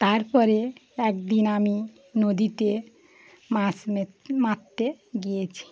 তারপরে একদিন আমি নদীতে মাছ মারতে গিয়েছি